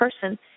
person